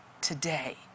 today